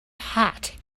hot